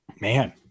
man